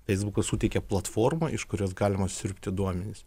feisbukas suteikia platformą iš kurios galima siurbti duomenis